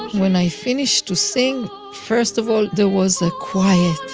when i finished to sing first of all there was a quiet,